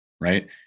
right